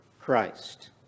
Christ